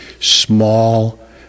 small